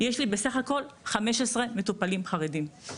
יש לי בסך הכל 15 מטופלים חרדים.